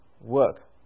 work